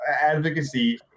advocacy